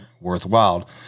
worthwhile